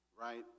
right